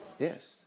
Yes